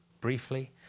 briefly